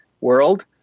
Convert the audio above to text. world